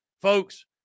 folks